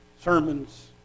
sermons